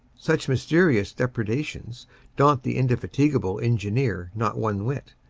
such mysterious depredations daun-t the indefatigable engineer not one whit.